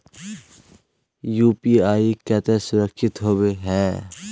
UPI केते सुरक्षित होबे है?